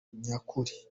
nyakuri